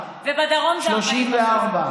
ובדרום זה 40%. 26% ו-34%.